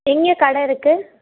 எங்கே கடை இருக்கு